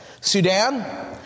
Sudan